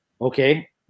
Okay